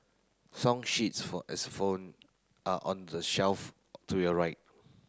song sheets for are on the shelf to your right